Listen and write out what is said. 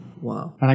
Wow